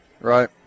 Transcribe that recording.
Right